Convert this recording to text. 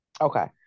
Okay